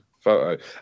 photo